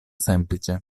semplice